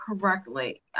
correctly